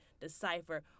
decipher